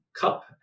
cup